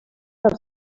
als